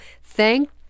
thank